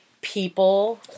people